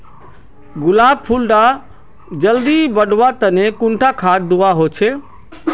गुलाब फुल डा जल्दी बढ़वा तने कुंडा खाद दूवा होछै?